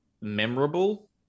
memorable